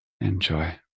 Enjoy